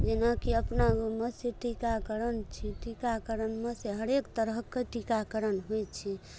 जेना कि अपना गाँवमे से टीकाकरण छी टीकाकरणमे से हरेक तरहके टीकाकरण होइ छै